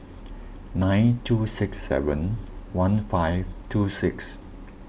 nine two six seven one five two six